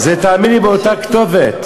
תאמין לי, זה באותה כתובת.